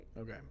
Okay